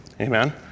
Amen